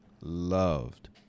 loved